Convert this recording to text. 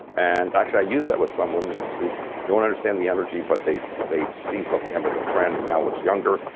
and actually i use that with some women who who don't understand the energy, but they see they see something happen to their friend who now looks younger,